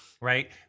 right